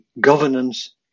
governance